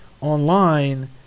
online